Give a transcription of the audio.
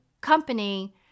company